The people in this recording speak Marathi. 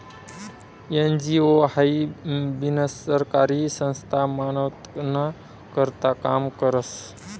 एन.जी.ओ हाई बिनसरकारी संस्था मानवताना करता काम करस